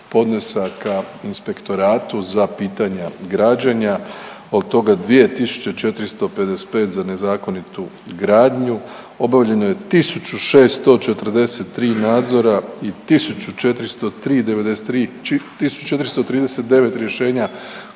podnesaka inspektoratu za pitanja građenja, od toga 2.455 za nezakonitu gradnju, obavljeno je 1.643 nadzora i 1.403, 93,